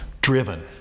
driven